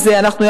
אנחנו,